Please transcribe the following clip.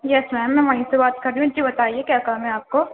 یس ma'am میں وہیں سے بات کر رہی ہوں جی بتائیے کیا کام ہے آپ کو